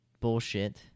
bullshit